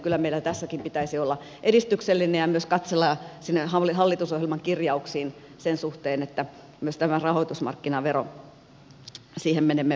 kyllä meidän tässäkin pitäisi olla edistyksellisiä ja myös katsella sinne hallitusohjelman kirjauksiin sen suhteen että menemme myös tämän rahoitusmarkkinaveron valmisteluun mukaan